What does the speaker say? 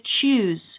choose